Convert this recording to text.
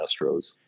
Astros